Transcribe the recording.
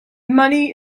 money